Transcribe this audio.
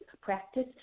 practice